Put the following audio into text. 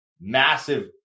massive